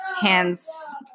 Hands